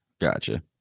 Gotcha